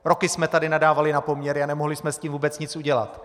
Roky jsme tady nadávali na poměry a nemohli jsme s tím vůbec nic udělat.